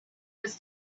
was